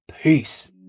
Peace